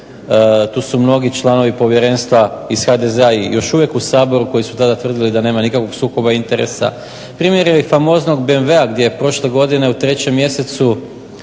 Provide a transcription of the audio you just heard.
tu su mnogi članovi povjerenstva iz HDZ-a i još uvijek u Saboru koji su tada tvrdili da nema nikakvog sukoba interesa. Primjer je i famoznog BMW-a gdje je prošle godine u trećem mjesecu